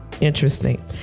interesting